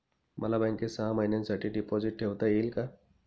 मला बँकेत सहा महिन्यांसाठी डिपॉझिट ठेवता येईल का?